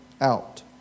out